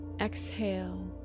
exhale